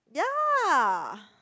ya